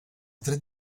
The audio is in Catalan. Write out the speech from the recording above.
tret